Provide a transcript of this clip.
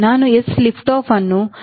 ನಾನು s lift off ಅನ್ನು A one